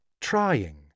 trying